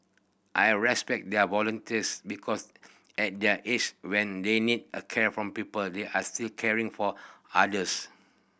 I respect their volunteers because at their age when they need care from people they are still caring for others